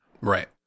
Right